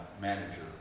manager